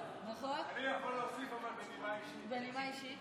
אני יכול להוסיף, אבל, בנימה אישית, בנימה אישית?